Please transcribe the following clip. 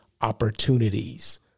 opportunities